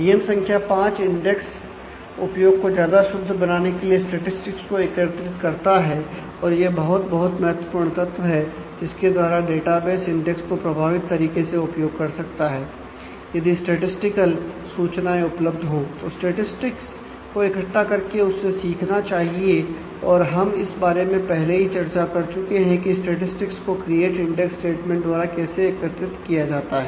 नियम संख्या 5 इंडेक्स उपयोग को ज्यादा शुद्ध बनाने के लिए स्टेटिस्टिक्स द्वारा कैसे एकत्रित किया जाता है